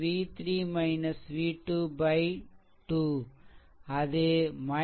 i3 v3 v2 2 அது 5